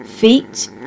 Feet